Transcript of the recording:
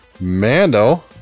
Mando